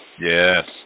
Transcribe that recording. yes